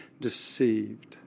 deceived